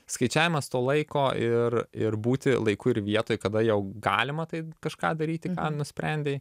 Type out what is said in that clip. skaičiavimas to laiko ir ir būti laiku ir vietoj kada jau galima tai kažką daryti ką nusprendei